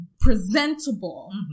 presentable